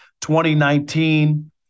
2019